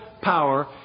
power